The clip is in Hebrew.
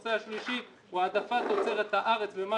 והנושא השלישי הוא העדפת תוצרת הארץ ומה